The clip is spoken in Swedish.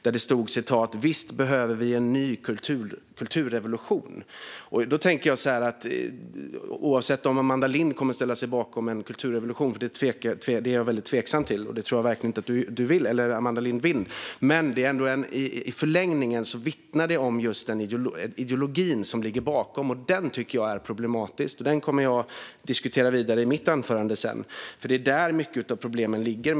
Där stod: Visst behöver vi en ny kulturrevolution. Oavsett om Amanda Lind kommer att ställa sig bakom en kulturrevolution - det är jag väldigt tveksam till, och det tror jag inte att Amanda Lind vill - vittnar det i förlängningen om ideologin som ligger bakom. Den tycker jag är problematisk. Den kommer jag sedan att diskutera vidare i mitt anförande. Det är där mycket av problemen ligger.